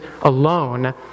alone